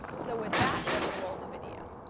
so with that, let's roll the video.